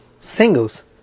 singles